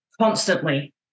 constantly